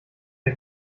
der